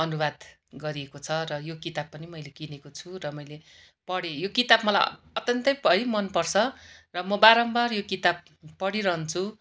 अनुवाद गरिएको छ र यो किताब पनि मैले किनेको छु र मैले पढेँ यो किताब मलाई अत्यन्तै है मनपर्छ र म बारम्बार यो किताब पढिरहन्छु